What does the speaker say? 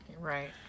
Right